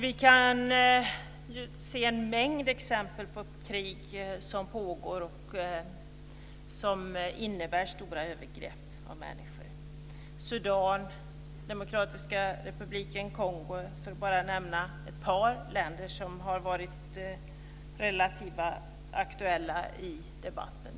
Vi kan se en mängd exempel på krig som pågår och som innebär stora övergrepp på människor - i Sudan och Demokratiska republiken Kongo, för att bara nämna ett par länder som har varit relativt aktuella i debatten.